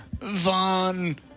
Von